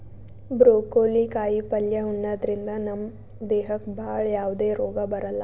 broccoli ಕಾಯಿಪಲ್ಯ ಉಣದ್ರಿಂದ ನಮ್ ದೇಹಕ್ಕ್ ಭಾಳ್ ಯಾವದೇ ರೋಗ್ ಬರಲ್ಲಾ